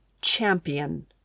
champion